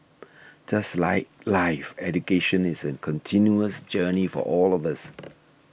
just like life education is a continuous journey for all of us